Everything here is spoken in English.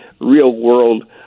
real-world